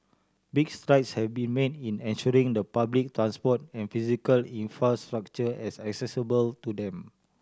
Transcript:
big strides have been made in ensuring the public transport and physical infrastructure as accessible to them